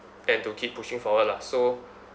and to keep pushing forward lah so